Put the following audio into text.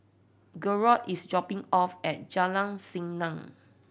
gerold is dropping off at Jalan Senang